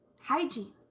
Hygiene